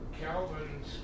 Calvin's